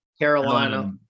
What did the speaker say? Carolina